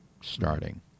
starting